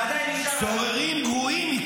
אדוני היושב-ראש,